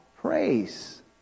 praise